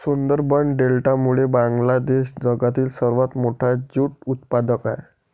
सुंदरबन डेल्टामुळे बांगलादेश जगातील सर्वात मोठा ज्यूट उत्पादक आहे